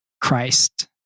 Christ